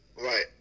Right